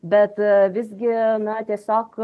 bet visgi na tiesiog